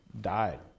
died